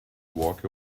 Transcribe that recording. walk